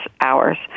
hours